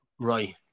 right